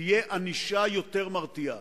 תהיה ענישה יותר מרתיעה.